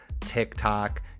TikTok